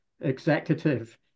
executive